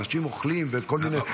אנשים אוכלים ועוד כל מיני.